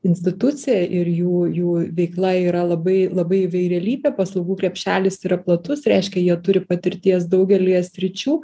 institucija ir jų jų veikla yra labai labai įvairialypė paslaugų krepšelis yra platus reiškia jie turi patirties daugelyje sričių